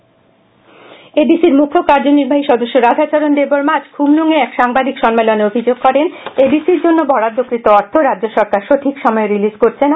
ADC ADC র মুখ্যকার্য নির্বাহী সদস্য রাধাচরণ দেববর্মা আজ খুমুলুং এ এক সাংবাদিক সম্মেলনে অভিযোগ করেন এডিসি র জন্য বরাদ্দকৃত অর্থ রাজ্য সরকার সঠিক সময়ে রিলিজ করেছেনা